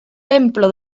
templo